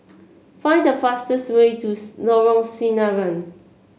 find the fastest way to Lorong Sinaran